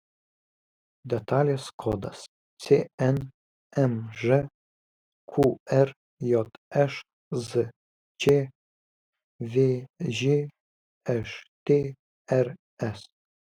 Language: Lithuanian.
detalės kodas cnmž qrjš zčvž štrs